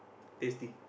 tasty